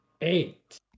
eight